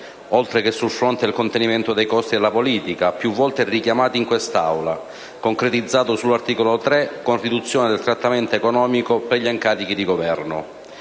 oltre che sul fronte del contenimento dei costi della politica, più volte richiamato in quest'Aula, concretizzato nell'articolo 3 con riduzione del trattamento economico per gli incarichi di Governo.